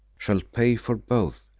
shalt pay for both,